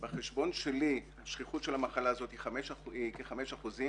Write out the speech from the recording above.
בחשבון שלי השכיחות של המחלה הזאת היא כ-5 אחוזים